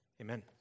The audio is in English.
Amen